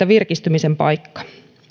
virkistymisen paikka